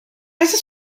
esa